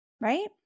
right